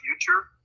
future